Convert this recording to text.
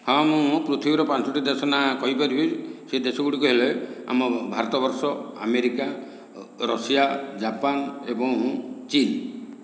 ହଁ ମୁଁ ପୃଥିବୀର ପାଞ୍ଚଟି ଦେଶ ନାଁ କହିପାରିବି ସେ ଦେଶ ଗୁଡ଼ିକ ହେଲେ ଆମ ଭାରତବର୍ଷ ଆମେରିକା ରଷିଆ ଜାପାନ ଏବଂ ଚୀନ